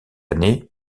année